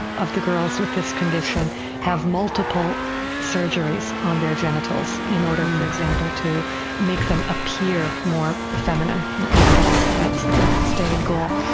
of the girls with this condition have multiple surgeries on their genitals in order for example to make them appear more feminine. at least that's that's the stated goal.